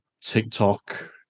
TikTok